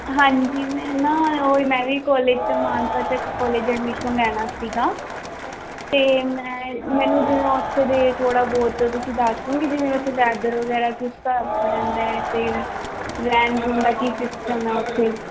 ਹਾਂਜੀ ਮੈਂ ਨਾ ਉਹ ਹੀ ਮੈਂ ਵੀ ਕੋਲਜ 'ਚ ਮਾਨਸਾ 'ਚ ਕੋਲਜ 'ਚ ਐਡਮਿਸ਼ਨ ਲੈਣਾ ਸੀਗਾ ਅਤੇ ਮੈਂ ਮੈਨੂੰ ਜਿਵੇਂ ਉੱਥੇ ਦੇ ਥੋੜ੍ਹਾ ਬਹੁਤ ਤੁਸੀਂ ਦੱਸ ਦੋਂਗੇ ਜਿਵੇਂ ਉੱਥੇ ਵੈਦਰ ਵਗੈਰਾ ਕਿਸ ਹਿਸਾਬ ਦਾ ਰਹਿੰਦਾ ਹੈ ਅਤੇ ਰਹਿਣ ਰੂਹਣ ਦਾ ਕੀ ਸਿਸਟਮ ਆ ਉੱਥੇ